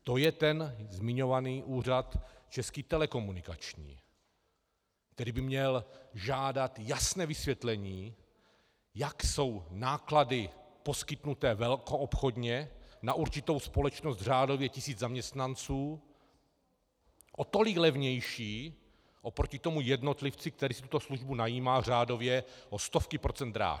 To je ten zmiňovaný úřad Český telekomunikační, který by měl žádat jasné vysvětlení, jak jsou náklady poskytnuté velkoobchodně na určitou společnost, řádově tisíc zaměstnanců, o tolik levnější oproti tomu jednotlivci, který si tuto službu najímá řádově o stovky procent dráž.